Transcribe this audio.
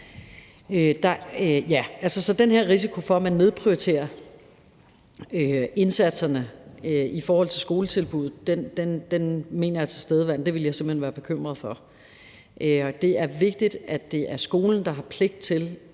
den her risiko for, at man nedprioriterer indsatserne i forhold til skoletilbuddet, mener jeg er til stede – det ville jeg simpelt hen være bekymret for. Det er vigtigt, at det er skolen, der har pligt til